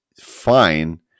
fine